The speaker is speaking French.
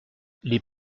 les